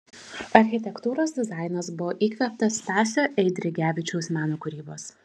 architektūros dizainas buvo įkvėptas stasio eidrigevičiaus meno kūrybos